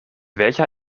welcher